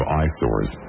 eyesores